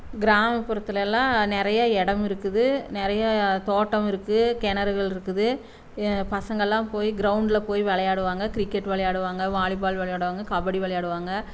கிராமப்புறத்தில் எல்லாம் நிறைய இடம் இருக்குது நிறைய தோட்டம் இருக்குது கிணறுகள் இருக்குது பசங்கள் எல்லாம் போய் க்ரௌண்ட்ல போய் விளையாடுவாங்க கிரிக்கெட் விளையாடுவாங்க வாலிபால் விளையாடுவாங்க கபடி விளையாடுவாங்க